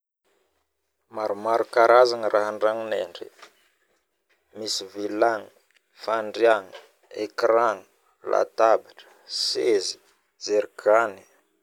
Maromaro karazagna raha andragnonay ndre misy vila fandriagna ecran latabatra sezy zergany